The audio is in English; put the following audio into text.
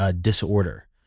disorder